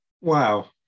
Wow